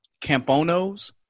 Camponos